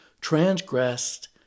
transgressed